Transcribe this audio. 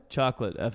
Chocolate